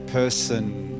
person